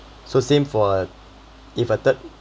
so same for if a third